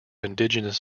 indigenous